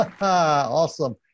Awesome